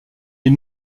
est